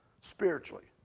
Spiritually